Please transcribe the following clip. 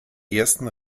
ersten